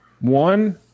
One